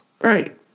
Right